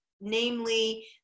namely